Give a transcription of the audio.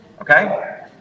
okay